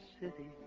city